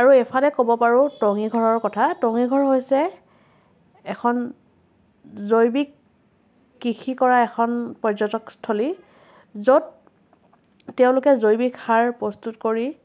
আৰু এইফালে ক'ব পাৰো টঙীঘৰৰ কথা টঙীঘৰ হৈছে এখন জৈৱিক কৃষি কৰা এখন পৰ্যটকস্থলী য'ত তেওঁলোকে জৈৱিক সাৰ প্ৰস্তুত কৰি